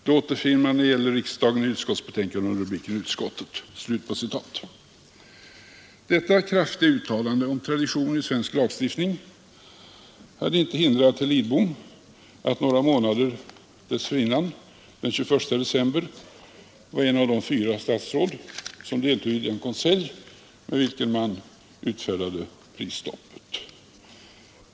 Det återfinner man, när det gäller riksdagen, i utskottets betänkande under rubriken Utskottet.” Detta kraftiga uttalande om traditionen i svensk lagstiftning hade inte hindrat att herr Lidbom några månader dessförinnan, den 21 december, var ett av de fyra statsråd som deltog i den konselj som utfärdade prisstoppet.